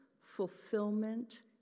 fulfillment